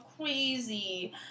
crazy